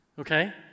okay